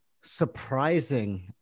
surprising